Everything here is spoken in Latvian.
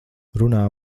runā